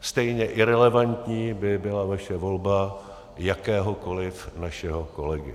Stejně irelevantní by byla vaše volba jakéhokoliv našeho kolegy.